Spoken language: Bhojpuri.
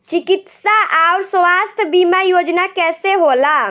चिकित्सा आऊर स्वास्थ्य बीमा योजना कैसे होला?